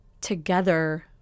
together